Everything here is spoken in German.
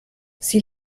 sie